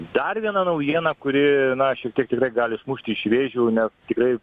dar viena naujiena kuri na šiek tiek tikrai gali išmušti iš vėžių nes tikrai